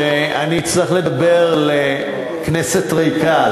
שאני אצטרך לדבר לכנסת ריקה,